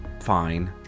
fine